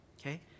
Okay